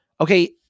Okay